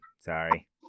Sorry